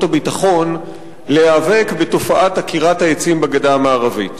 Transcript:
הביטחון להיאבק בתופעת עקירת העצים בגדה המערבית.